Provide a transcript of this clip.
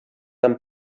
tam